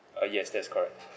uh yes that's correct